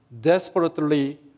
desperately